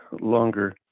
longer